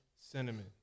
cinnamon